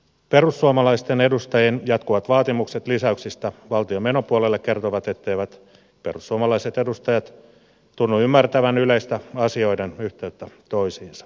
perussuomalaisten edustajien jatkuvat vaatimukset lisäyksistä valtion menopuolelle kertovat etteivät perussuomalaiset edustajat tunnu ymmärtävän yleistä asioiden yhteyttä toisiinsa